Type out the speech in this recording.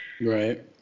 Right